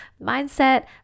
mindset